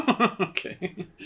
Okay